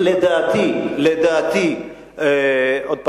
לדעתי, עוד פעם,